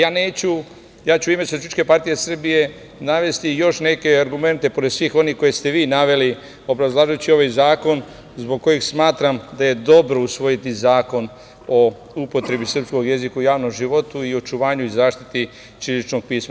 Ja neću, ja ću u ime SPS navesti još neke argumente, pored svih onih koje ste vi naveli, obrazlažući ovaj zakon zbog kojih smatram da je dobro usvojiti Zakon o upotrebi srpskog jezika u javnom životu i očuvanju i zaštiti ćiriličnog pisma.